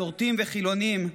מסורתיים וחילונים,